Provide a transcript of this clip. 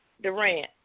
Durant